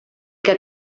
que